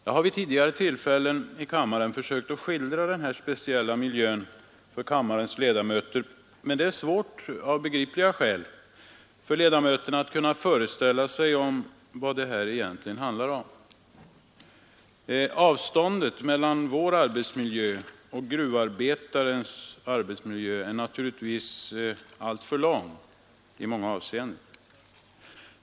Jag har vid tidigare tillfällen i kammaren försökt att skildra denna speciella miljö för kammarens ledamöter, men det är svårt av begripliga skäl för ledamöterna att kunna föreställa sig vad det egentligen handlar om. Avståndet mellan vår arbetsmiljö och gruvarbetarens är naturligtvis alltför långt i många avseenden.